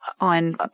On